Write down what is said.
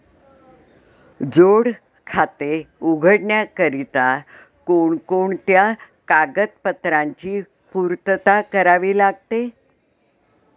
जोड खाते उघडण्याकरिता कोणकोणत्या कागदपत्रांची पूर्तता करावी लागते?